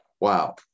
Wow